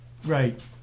Right